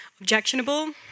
objectionable